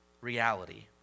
reality